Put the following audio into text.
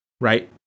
right